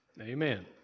amen